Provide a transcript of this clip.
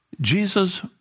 Jesus